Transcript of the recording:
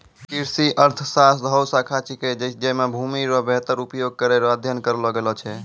कृषि अर्थशास्त्र हौ शाखा छिकै जैमे भूमि रो वेहतर उपयोग करै रो अध्ययन करलो गेलो छै